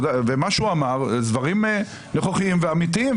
ומה שהוא אמר אלה דברים נכוחים ואמיתיים,